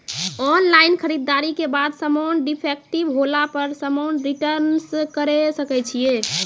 Online खरीददारी के बाद समान डिफेक्टिव होला पर समान रिटर्न्स करे सकय छियै?